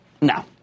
No